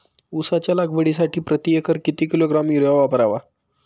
उसाच्या लागवडीसाठी प्रति एकर किती किलोग्रॅम युरिया वापरावा?